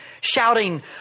shouting